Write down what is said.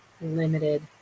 limited